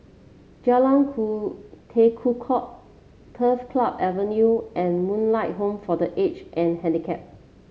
Jalan Ku Tekukor Turf Club Avenue and Moonlight Home for The Age And Handicap